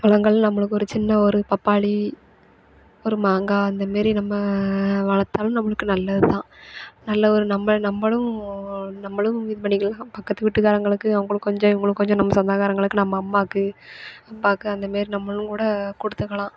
பழங்கள் நம்மளுக்கு ஒரு சின்ன ஒரு பப்பாளி ஒரு மாங்காய் அந்த மாரி நம்ம வளர்த்தாலும் நம்பளுக்கு நல்லது தான் நல்ல ஒரு நம்பளை நம்பளும் நம்பளும் இது பண்ணிக்கலாம் பக்கத்து வீட்டுக்காரங்களுக்கு அவங்களுக்கு கொஞ்சம் இவங்களுக்கு கொஞ்சம் நம்ம சொந்தக்காரங்களுக்கு நம்ம அம்மாக்கு அப்பாக்கு அந்த மாரி நம்பளும் கூட கொடுத்துக்கலாம்